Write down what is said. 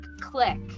click